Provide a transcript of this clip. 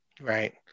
right